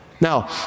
Now